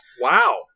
Wow